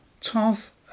tough